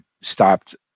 stopped